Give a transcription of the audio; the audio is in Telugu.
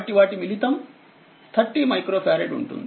కాబట్టి వాటి మిళితం 30 మైక్రో ఫారెడ్ ఉంటుంది